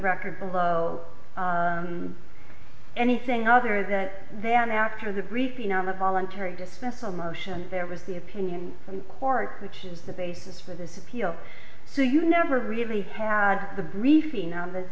record below anything other that than after the briefing on the voluntary dismissal motion there was the opinion of the court which is the basis for this appeal so you never really had the briefing on th